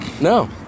No